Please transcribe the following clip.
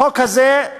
החוק הזה,